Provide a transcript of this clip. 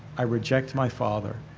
i reject my father.